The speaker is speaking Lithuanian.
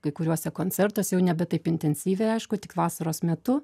kai kuriuose koncertus jau nebe taip intensyviai aišku tik vasaros metu